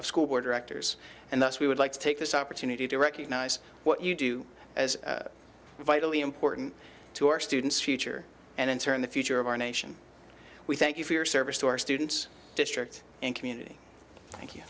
of school board directors and thus we would like to take this opportunity to recognize what you do as vitally important to our students future and ensuring the future of our nation we thank you for your service to our students district and community